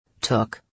Took